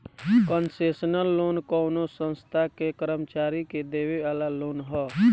concessional loan कवनो संस्था के कर्मचारी के देवे वाला लोन ह